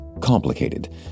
complicated